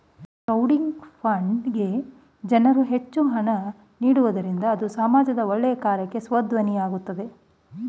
crowding funding ಗೆ ಹೆಚ್ಚು ಜನರು ಹಣ ನೀಡುವುದರಿಂದ ಅದು ಸಮಾಜದ ಒಳ್ಳೆಯ ಕಾರ್ಯಕ್ಕೆ ಸದ್ವಿನಿಯೋಗವಾಗ್ತದೆ